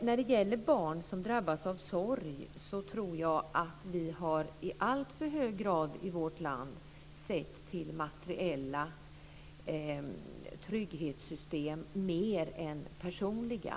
När det gäller barn som drabbas av sorg tror jag att vi i vårt land i alltför hög grad har sett till det materiella och trygghetssystem mer än till det personliga.